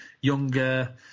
younger